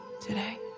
today